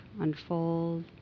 unfold